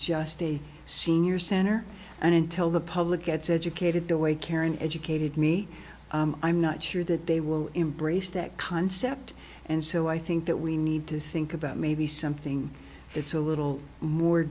just a senior center and until the public gets educated the way karen educated me i'm not sure that they will embrace that concept and so i think that we need to think about maybe something it's a little more